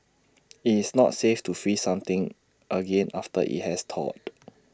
IT is not safe to freeze something again after IT has thawed